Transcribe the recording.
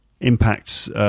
impacts